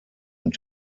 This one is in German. und